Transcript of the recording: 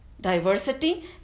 diversity